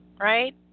right